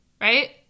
right